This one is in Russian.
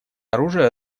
оружия